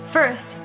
First